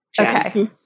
okay